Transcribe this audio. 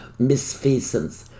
misfeasance